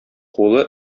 кулы